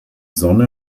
sonne